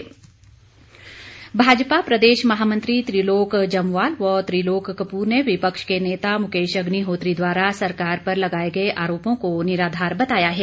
भाजपा भाजपा प्रदेश महामंत्री त्रिलोक जम्वाल व त्रिलोक कपूर ने विपक्ष के नेता मुकेश अग्निहोत्री द्वारा सरकार पर लगाए गए आरोपों को निराधार बताया है